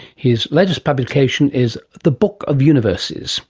his latest publication is the book of universes